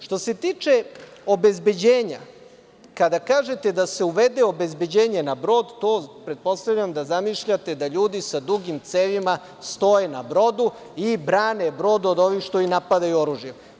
Što se tiče obezbeđenja, kada kažete da se uvede obezbeđenje na brod, pretpostavljam da zamišljate da ljudi sa dugim cevima stoje na brodu i brane brod od ovih što ih napadaju oružjem.